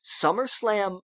SummerSlam